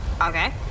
Okay